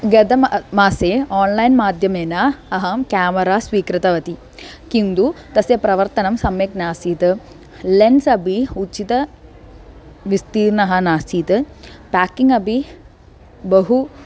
गतमासे आन्लैन् माध्यमेन अहं केमेरा स्वीकृतवती किन्तु तस्य प्रवर्तनं सम्यक् नासीत् लेन्स् अपि उचितः विस्तीर्णः नासीत् पेकिङ्ग् अपि बहु